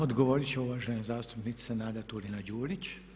Odgovoriti će uvažena zastupnica Nada Turina-Đurić.